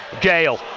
Gale